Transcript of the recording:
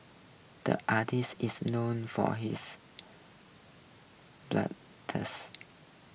the artist is known for his